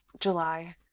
July